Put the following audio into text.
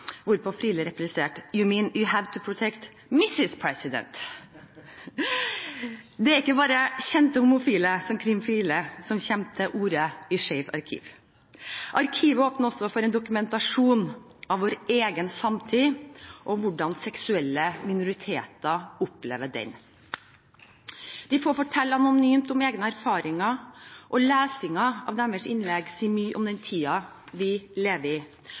Hvorpå Friele repliserte: «You mean, you have to protect MRS. president!» Det er ikke bare kjente homofile, som Kim Friele, som kommer til orde i Skeivt arkiv. Arkivet åpner også for en dokumentasjon av vår egen samtid og hvordan seksuelle minoriteter opplever den. De får fortelle anonymt om egne erfaringer, og lesningen av deres innlegg sier mye om den tiden vi lever i